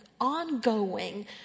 ongoing